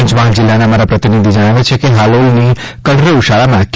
પંચમહાલ જિલ્લાના અમારા પ્રતિનિધિ જણાવે છે કે હાલોલની કલરવ શાળામાં કે